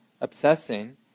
obsessing